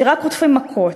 שרק חוטפים מכות,